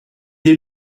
est